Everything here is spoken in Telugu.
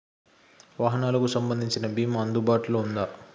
వాహనాలకు సంబంధించిన బీమా అందుబాటులో ఉందా?